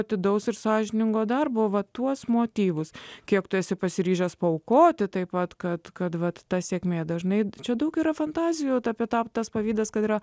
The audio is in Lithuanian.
atidaus ir sąžiningo darbo va tuos motyvus kiek tu esi pasiryžęs paaukoti taip pat kad kad ta sėkmė dažnai čia daug yra fantazijos apie slaptas pavydas kad yra